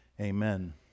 Amen